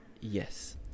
Yes